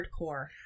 hardcore